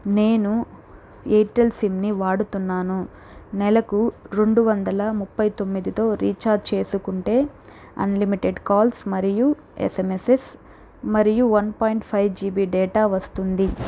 నేను ఎయిర్టెల్ సిమ్ని వాడుతున్నాను నెలకు రెండు వందల ముప్పై తొమ్మిదితో రీఛార్జ్ చేసుకుంటే అన్లిమిటెడ్ కాల్స్ మరియు ఎస్ఎమ్ఎస్ఎస్ మరియు one point five GB data వస్తుంది